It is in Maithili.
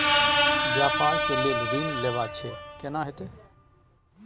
व्यापार के लेल ऋण लेबा छै केना होतै?